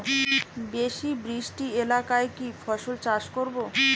বেশি বৃষ্টি এলাকায় কি ফসল চাষ করব?